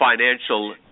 financial